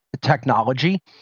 technology